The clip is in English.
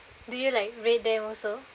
do you like rate them also